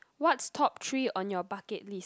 what's top three on your bucket list